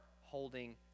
holding